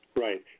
Right